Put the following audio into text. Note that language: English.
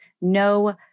no